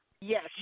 Yes